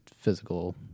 physical